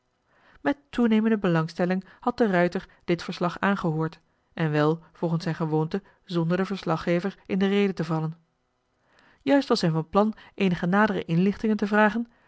met toenemende belangstelling had de ruijter dit verslag aangehoord en wel volgens zijn gewoonte zonder den verslaggever in de rede te vallen juist was hij van plan eenige nadere inlichtingen te vragen